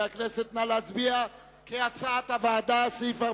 כנוסח הוועדה.